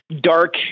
dark